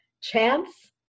chance